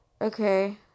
Okay